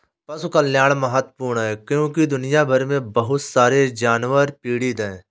पशु कल्याण महत्वपूर्ण है क्योंकि दुनिया भर में बहुत सारे जानवर पीड़ित हैं